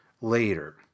later